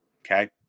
Okay